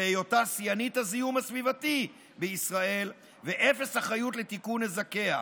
בהיותה שיאנית הזיהום הסביבתי בישראל ובאפס אחריות לתיקון נזקיה.